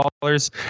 dollars